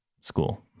school